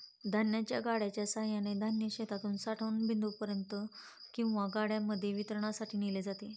धान्याच्या गाड्यांच्या सहाय्याने धान्य शेतातून साठवण बिंदूपर्यंत किंवा गाड्यांमध्ये वितरणासाठी नेले जाते